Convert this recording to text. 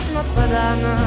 Notre-Dame